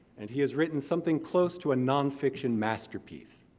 and he has written something close to a non-fiction masterpiece.